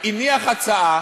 הניח הצעה